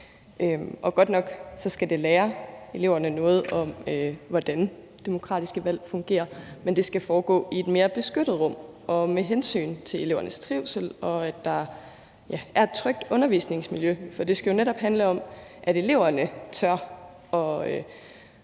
godt nok lære eleverne noget om, hvordan demokratiske valg fungerer, men det skal foregå i et mere beskyttet rum og med et hensyn til elevernes trivsel og til, at der er et, ja, trygt undervisningsmiljø, for det skal jo netop handle om, at eleverne tør at